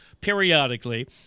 periodically